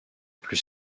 plus